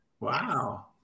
Wow